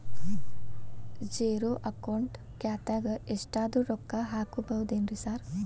Zero account ಖಾತ್ಯಾಗ ಎಷ್ಟಾದ್ರೂ ರೊಕ್ಕ ಹಾಕ್ಬೋದೇನ್ರಿ ಸಾರ್?